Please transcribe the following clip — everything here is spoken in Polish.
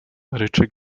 ryczy